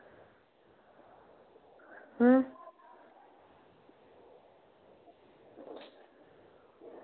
अं